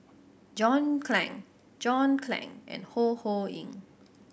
John Clang John Clang and Ho Ho Ying